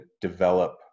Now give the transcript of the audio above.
develop